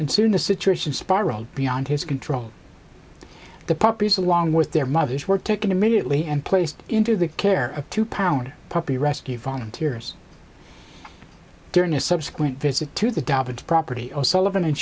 and soon the situation spiraled beyond his control the puppies along with their mothers were taken immediately and placed into the care of two pound puppy rescue volunteers during a subsequent visit to the dogs property o